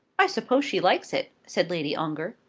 i suppose she likes it, said lady ongar.